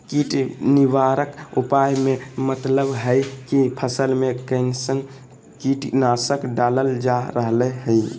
कीट निवारक उपाय के मतलव हई की फसल में कैसन कीट नाशक डालल जा रहल हई